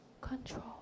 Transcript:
control